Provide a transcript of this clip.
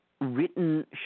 written